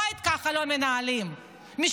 בית לא מנהלים ככה.